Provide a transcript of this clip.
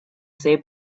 same